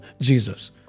Jesus